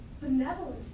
benevolent